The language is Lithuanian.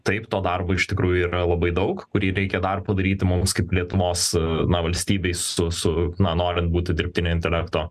taip to darbo iš tikrųjų yra labai daug kurį reikia dar padaryti mums kaip lietuvos na valstybei su su na norint būti dirbtinio intelekto